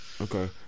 Okay